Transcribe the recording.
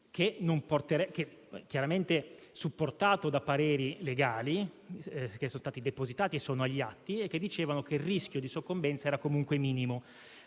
chiaramente supportato da pareri legali, che sono stati depositati e sono agli atti, secondo i quali il rischio di soccombenza era comunque minimo.